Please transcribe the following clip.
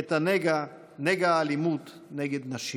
את נגע האלימות נגד נשים.